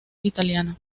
italiano